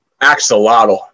axolotl